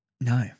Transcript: no